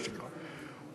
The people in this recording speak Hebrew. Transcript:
מה שנקרא,